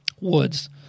Woods